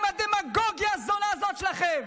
די עם הדמגוגיה הזולה הזאת שלכם,